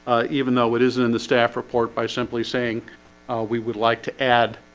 even though it isn't in the staff report by simply saying we would like to add